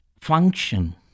function